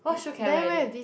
what shoe can I wear with it